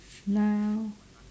now